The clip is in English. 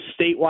statewide